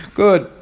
good